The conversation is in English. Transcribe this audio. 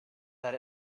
that